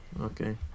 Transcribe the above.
Okay